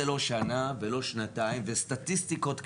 זה לא שנה ולא שנתיים, וסטטיסטיקות כאלה,